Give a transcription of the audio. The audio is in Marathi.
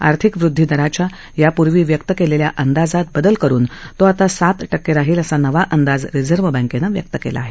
आर्थिक वृदधी दराच्या यापूर्वी व्यक्त केलेल्या अंदाजात बदल करून तो आता सात टक्के राहील असा नवा अंदाज रिझर्व्ह बँकेनं व्यक्त केला आहे